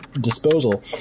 disposal